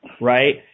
right